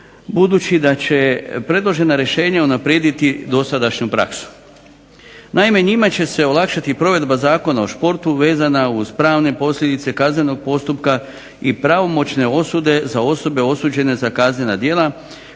budući da će predložena rješenja unaprijediti dosadašnju praksu. Naime, njima će se olakšati provedba Zakona o športu vezana uz pravne posljedice kaznenog postupka i pravomoćne osude za osobe osuđene za kaznena djela